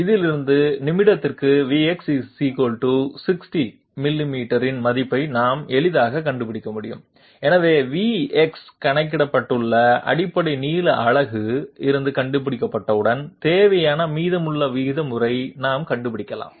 இதிலிருந்து நிமிடத்திற்கு Vx 60 மில்லிமீட்டரின் மதிப்பை நாம் எளிதாகக் கண்டுபிடிக்க முடியும் எனவே vx கணக்கிடப்பட்டுள்ள அடிப்படை நீள அலகு இருந்து கண்டுபிடிக்கப்பட்டவுடன் தேவையான மீதமுள்ள விதிமுறைகளை நாம் கண்டுபிடிக்கலாம்